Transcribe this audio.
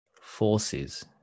forces